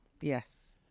Yes